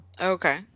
Okay